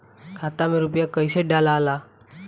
खाता में रूपया कैसे डालाला?